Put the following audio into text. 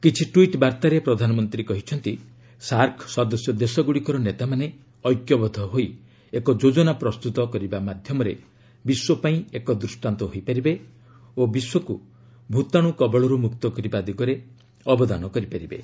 କିଛି ଟ୍ୱିଟ୍ ବାର୍ତ୍ତାରେ ପ୍ରଧାନମନ୍ତ୍ରୀ କହିଛନ୍ତି ସାର୍କ ସଦସ୍ୟ ଦେଶଗ୍ରଡ଼ିକର ନେତାମାନେ ଐକ୍ୟବଦ୍ଧ ହୋଇ ଏକ ଯୋଜନା ପ୍ରସ୍ତୁତ ମାଧ୍ୟମରେ ବିଶ୍ୱପାଇଁ ଏକ ଦୃଷ୍ଟାନ୍ତ ହୋଇପାରିବେ ଓ ବିଶ୍ୱକୁ ଭୂତାଣୁ କବଳରୁ ମୁକ୍ତ କରିବା ଦିଗରେ ଅବଦାନ କରିପାରିବେ